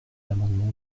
l’amendement